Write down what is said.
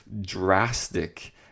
drastic